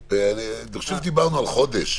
דיברנו על חודש,